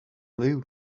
live